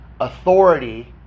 authority